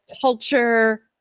culture